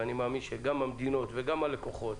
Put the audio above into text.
ואני מאמין שגם המדינות וגם הלקוחות,